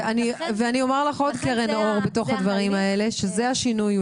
ואני אתן לך עוד קרן אור מתוך הדברים האלה שזה השינוי,